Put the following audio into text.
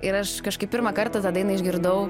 ir aš kažkaip pirmą kartą tą dainą išgirdau